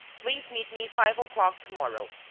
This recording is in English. please meet me five o'clock to-morrow,